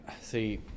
see